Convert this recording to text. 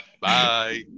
Bye